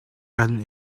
kan